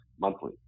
monthly